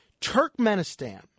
Turkmenistan